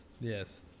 Yes